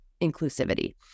inclusivity